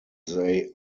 they